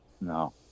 no